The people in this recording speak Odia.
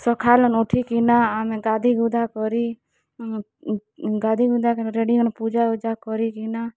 ସକାଲୁ ଉଠିକିନା ଆମେ ଗାଧିଗୁଧା କରି ଗାଧିଗୁଧା କରି ରେଡ଼ି ହେଉନ୍ ପୂଜାବୁଜା କରିକିନା